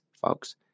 folks